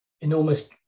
enormous